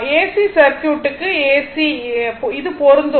AC circuit க்கும் இது பொருந்தும்